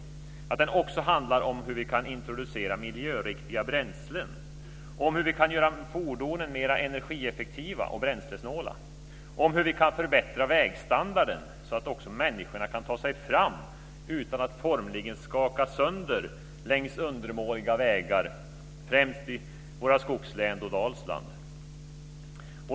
Debatten bör också handla om hur vi kan introducera miljöriktiga bränslen, om hur vi kan göra fordonen mera energieffektiva och bränslesnåla och om hur vi kan förbättra vägstandarden, så att människorna kan ta sig fram utan att formligen skaka sönder längs undermåliga vägar, främst i våra skogslän och Dalsland.